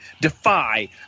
Defy